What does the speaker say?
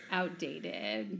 outdated